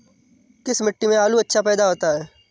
किस मिट्टी में आलू अच्छा पैदा होता है?